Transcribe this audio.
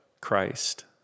Christ